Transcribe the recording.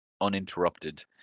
Uninterrupted